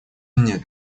нет